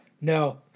No